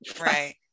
right